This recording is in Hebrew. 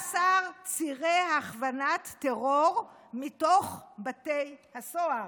14 צירי הכוונת טרור מתוך בתי הסוהר,